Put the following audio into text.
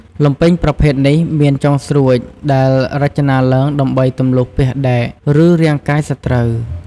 លំពែងប្រភេទនេះមានចុងស្រួចដែលរចនាឡើងដើម្បីទម្លុះពាសដែក ឬរាងកាយសត្រូវ។